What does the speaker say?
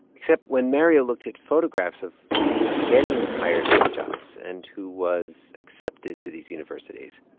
except when mario looked at photographs of who was getting hired for these jobs and who was accepted to these universities,